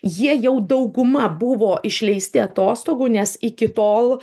jie jau dauguma buvo išleisti atostogų nes iki tol